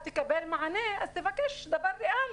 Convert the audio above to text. בקש את האפשרי (אומרת דברים בשפה